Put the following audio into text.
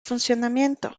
funcionamiento